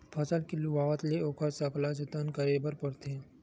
फसल के लुवावत ले ओखर सकला जतन करे बर परथे